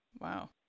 Wow